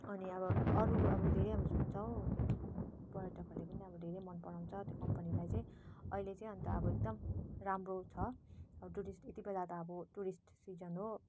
अनि अब अरू अब धेरै हामी सुन्छौँ पर्यटकहरूले पनि अब धेरै मनपराउँछ त्यो कम्पनीलाई चाहिँ अहिले चाहिँ अन्त अब एकदम राम्रो छ अब जुडिस यति बेला त अब टुरिस्ट सिजन हो